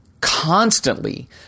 constantly